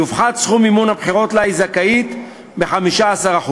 יופחת סכום מימון הבחירות שהיא זכאית לו ב-15%.